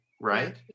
right